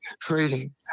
trading